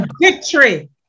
victory